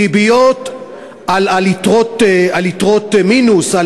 ריביות על יתרות מינוס,